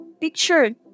picture